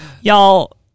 y'all